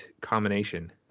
combination